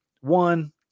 One